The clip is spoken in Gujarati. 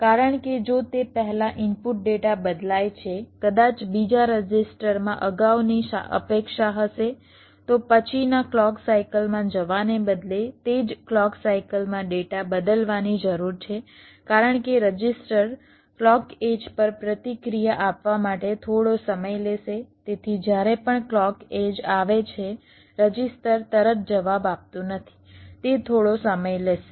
કારણ કે જો તે પહેલા ઇનપુટ ડેટા બદલાય છે કદાચ બીજા રજિસ્ટરમાં અગાઉનાની અપેક્ષા હશે તો પછીના ક્લૉક સાઇકલ માં જવાને બદલે તે જ ક્લૉક સાઇકલમાં ડેટા બદલવાની જરૂર છે કારણ કે રજિસ્ટર ક્લૉક એડ્જ પર પ્રતિક્રિયા આપવા માટે થોડો સમય લેશે તેથી જ્યારે પણ ક્લૉક એડ્જ આવે છે રજિસ્ટર તરત જવાબ આપતું નથી તે થોડો સમય લેશે